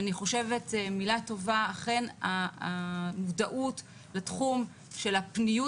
מילה טובה - אכן המודעות לתחום של הפניות